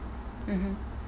mmhmm